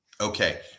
Okay